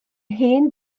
hen